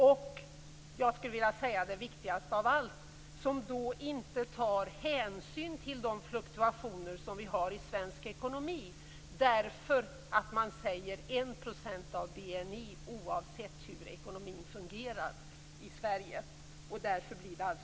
Och det viktigaste av allt: Det målet tar inte hänsyn till de fluktuationer som vi har i svensk ekonomi, eftersom det gäller 1 % av BNI oavsett hur ekonomin fungerar i Sverige.